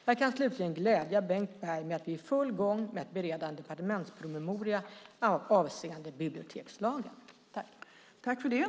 Jag kan slutligen glädja Bengt Berg med att vi är i full gång med att bereda en departementspromemoria avseende bibliotekslagen.